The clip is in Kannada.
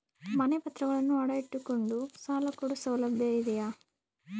ಮನೆ ಪತ್ರಗಳನ್ನು ಅಡ ಇಟ್ಟು ಕೊಂಡು ಸಾಲ ಕೊಡೋ ಸೌಲಭ್ಯ ಇದಿಯಾ?